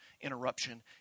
interruption